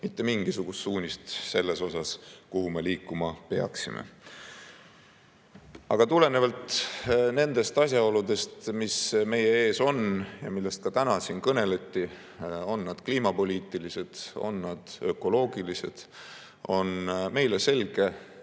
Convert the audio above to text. mitte mingisugust suunist selle kohta, kuhu me liikuma peaksime. Aga tulenevalt nendest asjaoludest, mis meie ees on ja millest ka täna siin kõneldi, on nad siis kliimapoliitilised või on nad ökoloogilised, on meile selge,